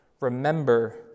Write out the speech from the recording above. remember